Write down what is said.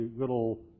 little